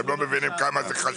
אתם לא מבינים כמה זה חשוב.